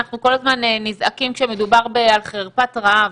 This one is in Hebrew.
אנחנו כל הזמן נזעקים כשמדובר בחרפת רעב,